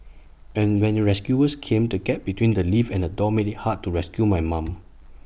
and when rescuers came the gap between the lift and the door made IT hard to rescue my mum